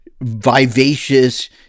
vivacious